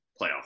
playoff